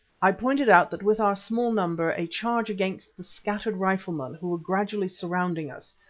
i pointed out that with our small number a charge against the scattered riflemen, who were gradually surrounding us,